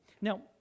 Now